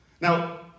Now